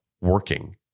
working